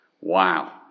Wow